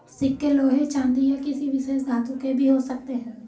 सिक्के लोहे चांदी या किसी विशेष धातु के भी हो सकते हैं